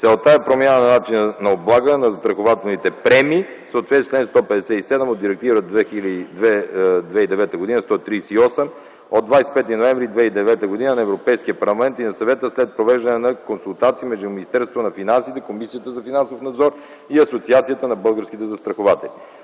Целта е промяна на начина на облагане на застрахователните премии в съответствие с чл. 157 от Директива 2009/138 от 25 ноември 2009 г. на Европейския парламент и на Съвета след провеждане на консултации между Министерството на финансите, Комисията за финансов надзор и Асоциацията на българските застрахователи.